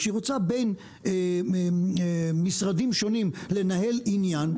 שהיא רוצה בין משרדים שונים לנהל עניין,